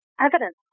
evidence